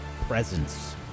presence